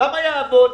למה יעבוד?